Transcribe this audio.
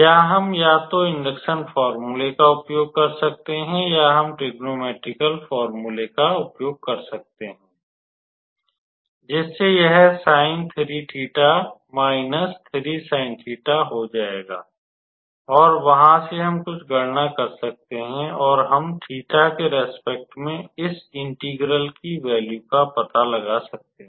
यहां हम या तो इंडक्शन फॉर्मूला का उपयोग कर सकते हैं या हम ट्ट्रिगोंनोमेट्रिकल फॉर्मूला का उपयोग कर सकते हैं जिससे यह हो जाएगा और वहां से हम कुछ गणना कर सकते हैं और हम 𝜃 के रेस्पेक्ट में इस इंटेग्रल की वैल्यू का पता लगा सकते हैं